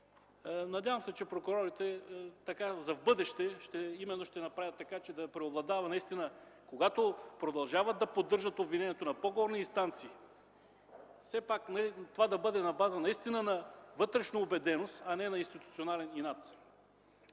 Надявам се, че прокурорите за в бъдеще ще направят така, че да преобладава наистина, когато продължават да поддържат обвинението на по-горни инстанции, това да бъде на база на вътрешна убеденост, а не на процесуален и